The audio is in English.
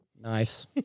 Nice